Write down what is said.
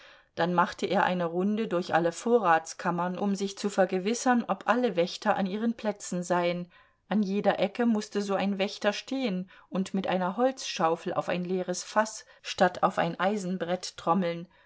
dann machte er eine runde durch alle vorratskammern um sich zu vergewissern ob alle wächter an ihren plätzen seien an jeder ecke mußte so ein wächter stehen und mit einer holzschaufel auf ein leeres faß statt auf ein eisenbrett trommeln